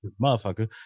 motherfucker